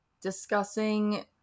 discussing